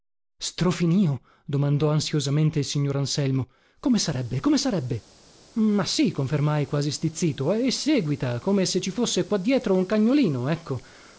strofinìo domandò ansiosamente il signor anselmo come sarebbe come sarebbe ma sì confermai quasi stizzito e séguita come se ci fosse qua dietro un cagnolino ecco